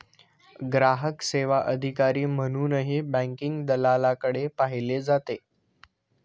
ग्राहक सेवा अधिकारी म्हणूनही बँकिंग दलालाकडे पाहिले जाते